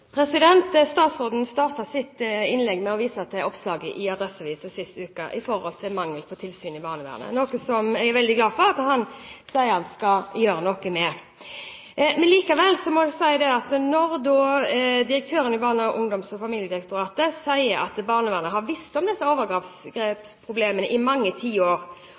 oppslaget i Adresseavisen sist uke i forhold til mangel på tilsyn i barnevernet – noe jeg er veldig glad for at han sier han skal gjøre noe med. Likevel må jeg si at når direktøren i Barne-, ungdoms- og familiedirektoratet sier at barnevernet har visst om disse overgrepsproblemene i mange tiår